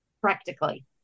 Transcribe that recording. Practically